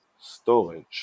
storage